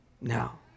now